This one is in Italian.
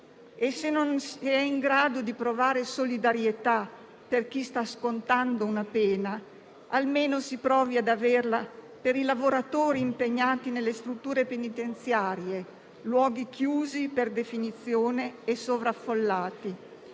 e, se non si è in grado di provare solidarietà per chi sta scontando una pena, almeno si provi ad averla per i lavoratori impegnati nelle strutture penitenziarie, luoghi chiusi per definizione e sovraffollati.